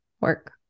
work